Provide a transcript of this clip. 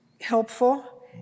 helpful